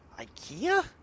ikea